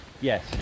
Yes